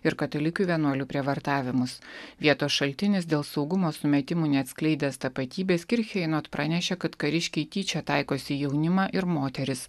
ir katalikių vienuolių prievartavimus vietos šaltinis dėl saugumo sumetimų neatskleidęs tapatybės kircheinot pranešė kad kariškiai tyčia taikosi į jaunimą ir moteris